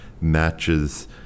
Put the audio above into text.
matches